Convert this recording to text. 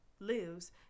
lives